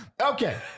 Okay